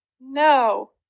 No